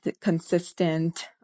consistent